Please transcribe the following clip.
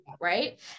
right